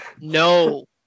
No